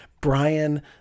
Brian